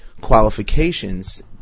qualifications